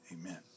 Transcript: amen